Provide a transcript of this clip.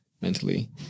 mentally